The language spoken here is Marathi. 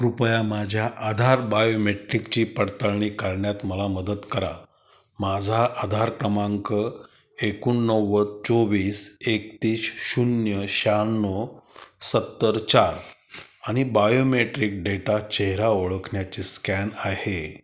कृपया माझ्या आधार बायोमेट्रिकची पडताळणी करण्यात मला मदत करा माझा आधार क्रमांक एकोणनव्वद चोवीस एकतीस शून्य शहाण्णव सत्तर चार आणि बायोमेट्रिक डेटा चेहरा ओळखण्याची स्कॅन आहे